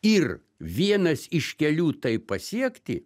ir vienas iš kelių tai pasiekti